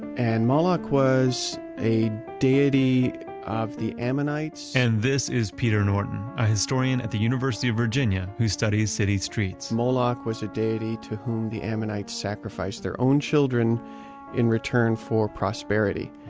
and moloch was a deity of the ammonites and this is peter norton, a historian at the university of virginia who studies city streets moloch was a deity to whom the ammonites sacrificed their own children in return for prosperity.